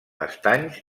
estanys